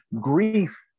grief